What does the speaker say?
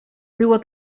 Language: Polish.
było